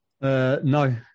No